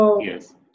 yes